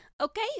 Okay